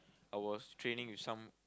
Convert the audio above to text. I was training with some